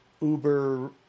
uber